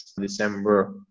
December